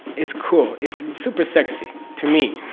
it's cool. it's super sexy. to me.